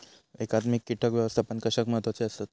एकात्मिक कीटक व्यवस्थापन कशाक महत्वाचे आसत?